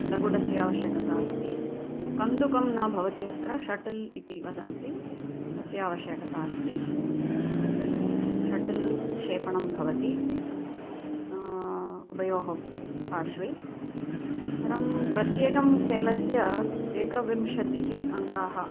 लगुडस्य आवश्यकता अस्ति कन्दुकं न भवति अत्र षटल् इति वदति तस्य आवश्यकता अस्ति तद् षटल् क्षेपणं भवति उभयोः पार्श्वे तरं प्रत्येकं खेलस्य एकविंशतिः अङ्काः